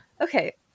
Okay